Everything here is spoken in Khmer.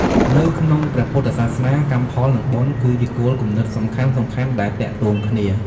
នៅក្នុងព្រះពុទ្ធសាសនា កម្មផល និង បុណ្យ គឺជាគោលគំនិតសំខាន់ៗដែលទាក់ទងគ្នា។